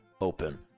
open